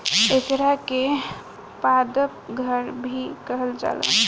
एकरा के पादप घर भी कहल जाला